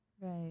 Right